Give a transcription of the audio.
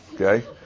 okay